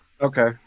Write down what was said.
Okay